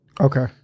Okay